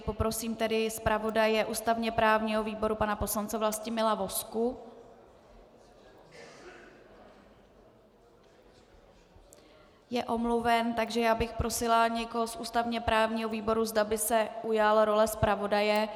Poprosím tedy zpravodaje ústavněprávního výboru, pana poslance Vlastimila Vozku je omluven, takže já bych prosila někoho z ústavněprávního výboru, zda by se ujal role zpravodaje.